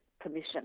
permission